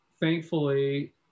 thankfully